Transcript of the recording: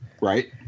Right